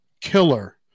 killer